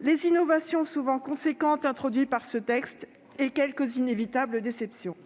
les innovations, souvent importantes, introduites par ce texte, et quelques inévitables déceptions ?